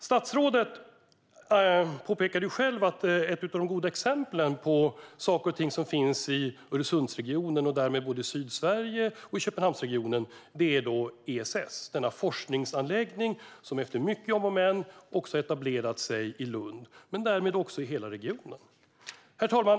Statsrådet påpekade själv att ett av de goda exemplen på saker och ting som finns i Öresundsregionen och därmed både i Sydsverige och i Köpenhamnsregionen är ESS, den forskningsanläggning som efter många om och men har etablerat sig i Lund och därmed i hela regionen. Herr talman!